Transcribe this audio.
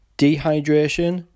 dehydration